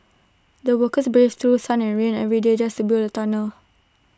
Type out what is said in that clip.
the workers braved through sunny and rainy every day just to build the tunnel